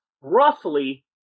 roughly